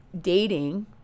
dating